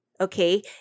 okay